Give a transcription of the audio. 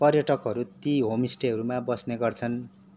पर्यटकहरू ती होमस्टेहरूमा बस्ने गर्छन्